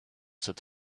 set